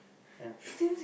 and